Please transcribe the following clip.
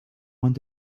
want